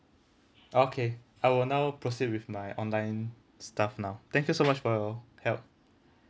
okay I will now proceed with my online stuff now thank you so much for your help